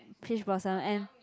peach blossom and